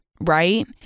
Right